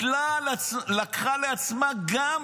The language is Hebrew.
שלקחה לעצמה גם